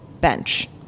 bench